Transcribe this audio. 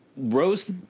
Rose